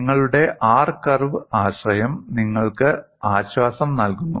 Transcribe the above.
നിങ്ങളുടെ R curve ആശയം നിങ്ങൾക്ക് ആശ്വാസം നൽകുന്നു